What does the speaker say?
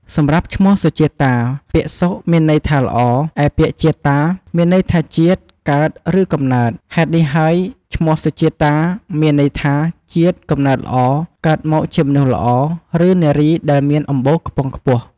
សម្រាប់ឈ្មោះសុជាតា ពាក្យសុ មានន័យថាល្អ ឯពាក្យជាតា មានន័យថាជាតិ កើត ឬកំណើត ហេតុនេះហើយឈ្មោះសុជាតាមានន័យថា ជាតិកំណើតល្អ កើតមកជាមនុស្សល្អ ឬ នារីដែលមានអម្បូរខ្ពង់ខ្ពស់។